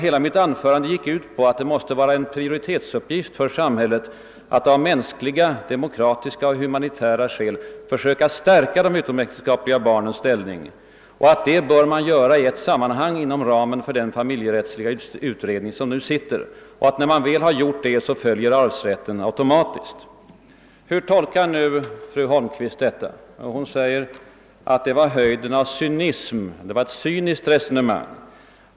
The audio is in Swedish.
Hela mitt anförande gick ut på att det måste vara en prioritetsuppgift för samhället att av mänskliga, demokratiska och humanitära skäl försöka stärka de utomäktenskapliga barnens ställning och att man bör göra detta i ett sammanhang inom ramen för den familjerättsliga utredning som nu sitter. När man väl gjort detta följer arvsrätten automatiskt. Hur tolkar nu fru Holmqvist detta? Hon säger att det var ett cyniskt resosemang.